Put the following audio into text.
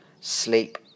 sleep